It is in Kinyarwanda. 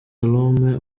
umwe